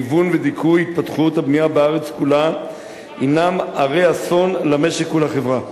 ניוון ודיכוי התפתחות הבנייה בארץ כולה הינם הרי-אסון למשק ולחברה.